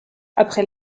après